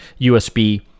USB